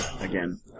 again